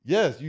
Yes